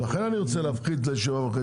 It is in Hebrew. לכן אני רוצה להפחית ל-7.5%,